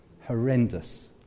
horrendous